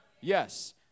Yes